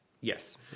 yes